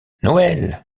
noël